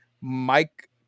Mike